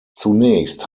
zunächst